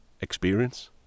experience